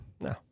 No